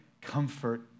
comfort